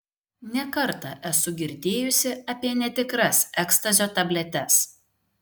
ne kartą esu girdėjusi apie netikras ekstazio tabletes